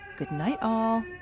goodnight all